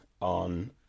on